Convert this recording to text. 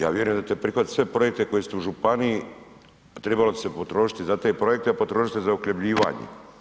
Ja vjerujem da ćete prihvatiti sve projekte koji su u županiji, tribalo bi se potrošiti za te projekte, a potrošit će se za uhljebljivanje.